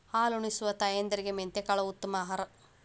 ಹಾಲುನಿಸುವ ತಾಯಂದಿರಿಗೆ ಮೆಂತೆಕಾಳು ಉತ್ತಮ ಆಹಾರ